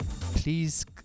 please